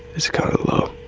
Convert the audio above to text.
it's kind of low